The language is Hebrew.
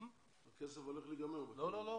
לא.